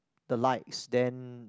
the lights then